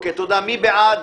מי בעד